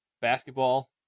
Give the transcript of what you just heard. basketball